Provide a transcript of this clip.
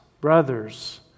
Brothers